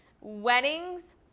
weddings